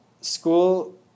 school